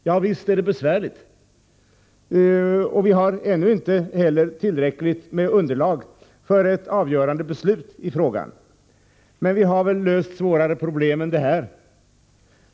Ja, visst är det besvärligt, och vi har ännu heller inte tillräckligt underlag för ett avgörande beslut i frågan, men vi har väl löst svårare problem än det här.